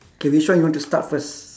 K which one you want to start first